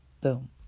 Boom